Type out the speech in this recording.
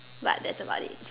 but that's about it